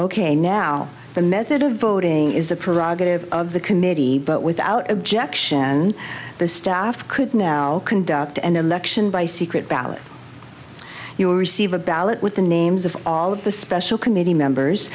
ok now the method of voting is the prerogative of the committee but without objection the staff could now conduct an election by secret ballot you are receive a ballot with the names of all of the special committee members